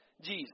Jesus